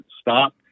stop